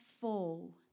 fall